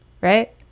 right